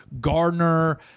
Gardner